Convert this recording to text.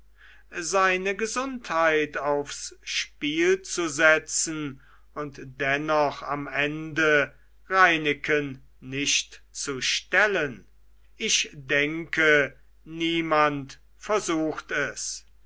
seine gesundheit aufs spiel zu setzen und dennoch am ende reineken nicht zu stellen ich denke niemand versucht es